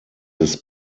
des